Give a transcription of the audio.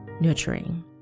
nurturing